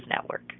Network